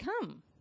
come